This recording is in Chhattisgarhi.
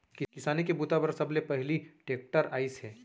किसानी के बूता बर सबले पहिली टेक्टर आइस हे